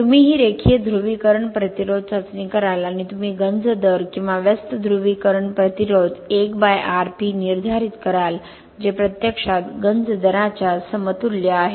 तुम्ही ही रेखीय ध्रुवीकरण प्रतिरोध चाचणी कराल आणि तुम्ही गंज दर किंवा व्यस्त ध्रुवीकरण प्रतिरोध 1 बाय Rp निर्धारित कराल जे प्रत्यक्षात गंज दराच्या समतुल्य आहे